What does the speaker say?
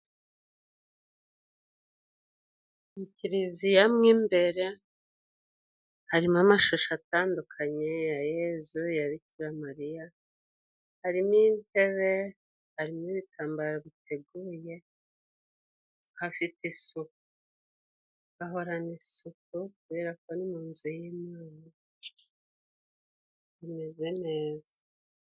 Mu kiriziya mwo imbere harimo amashusho atandukanye, aya Yezu aya bikira mariya. Harimo intebe harimo ibitambaro biteguye hafite isuku. Hahorana isuku kubera ko ni mu nzu y'Imana hameze neza.